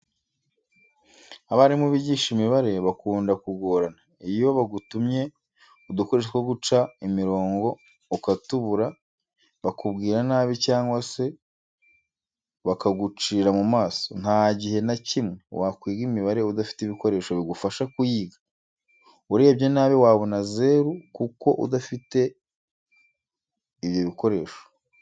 Abarimu bigisha imibare bakunda kugorana, iyo bagutumye udukoresho two guca imirongo ukatubura bakubwira nabi cyangwa se bakagucira mu maso, nta gihe na kimwe wakwiga imibare udafite ibikoresho bigufasha kuyiga, urebye nabi wabona zeru kuko udafite ibyo bikoresho.